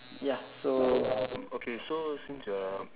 ya so